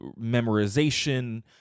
memorization